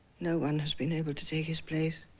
no one has been able to take his place.